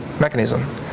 mechanism